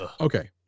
Okay